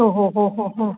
ഓ ഓ ഓ ഓ ഓ